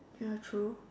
ya true